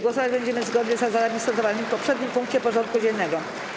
Głosować będziemy zgodnie z zasadami stosowanymi w poprzednim punkcie porządku dziennego.